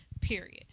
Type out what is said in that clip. Period